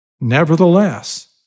Nevertheless